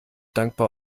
dankbar